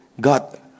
God